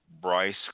Bryce